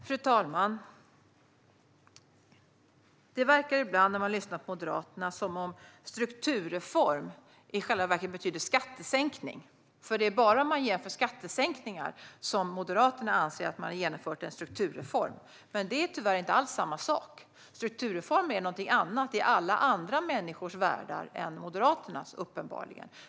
Fru talman! När man lyssnar på Moderaterna verkar det som att strukturreform i själva verket betyder skattesänkning, för det är bara om man genomför en skattesänkning som Moderaterna anser att man har genomfört en strukturreform. Men det är inte alls samma sak. Strukturreform är uppenbarligen något annat i alla andra människors världar än i Moderaternas.